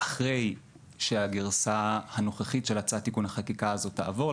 אחרי שהגרסה הנוכחית של הצעת תיקון החקיקה הזאת תעבור,